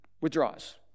withdraws